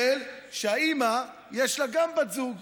שגם לאימא יש בת זוג,